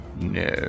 No